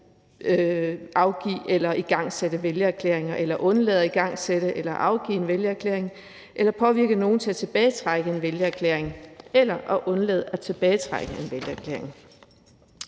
afgive eller igangsætte en vælgererklæring eller undlade at igangsætte eller afgive en vælgererklæring eller påvirke nogen til at tilbagetrække en vælgererklæring eller at undlade at tilbagetrække en vælgererklæring.